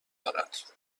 دارد